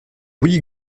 oui